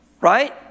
Right